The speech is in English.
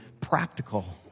practical